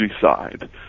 side